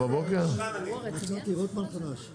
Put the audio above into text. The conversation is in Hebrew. תראה איזה פשרן אני.